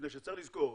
מפני שצריך לזכור,